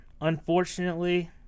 unfortunately